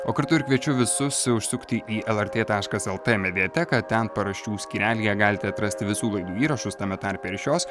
o kartu ir kviečiu visus užsukti į lrt taškas lt mediateką ten paraščių skyrelyje galite atrasti visų laidų įrašus tame tarpe ir šios